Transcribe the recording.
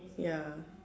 ya